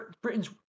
Britain's